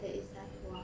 that it's like !wah!